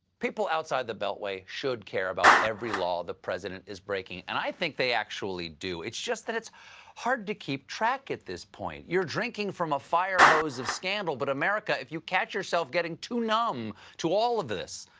people outside the beltway should care about every law the president is breaking. and i think they actually do. it's just that it's hard to keep track at this point. you're drinking from a fire hose of scandal, but america, if you kawch yourself getting too numb to all of this,